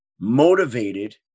motivated